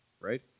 Right